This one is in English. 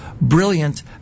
brilliant